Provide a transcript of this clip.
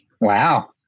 Wow